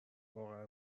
واقعا